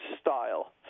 style